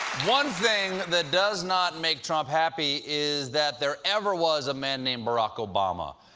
one thing that does not make trump happy is that there ever was a man named barack obama.